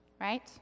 right